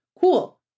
Cool